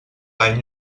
any